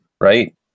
right